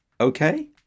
okay